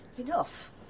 Enough